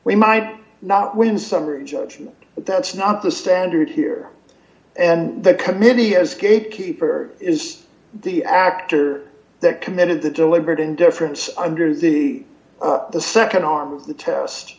we might not win summary judgment but that's not the standard here and the committee has gatekeeper is the actor that committed the deliberate indifference under the the nd arm of the te